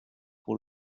pour